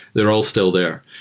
they're all still there,